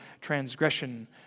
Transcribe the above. transgression